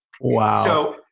Wow